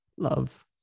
love